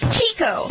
Chico